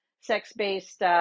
sex-based